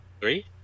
three